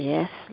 Yes